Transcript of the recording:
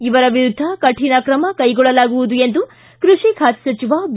ಇವರ ವಿರುದ್ದ ಕರಿಣ ಕ್ರಮ ಕೈಗೊಳ್ಳಲಾಗುವುದು ಎಂದು ಕೃಷಿ ಖಾತೆ ಸಚಿವ ಬಿ